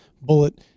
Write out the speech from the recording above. bullet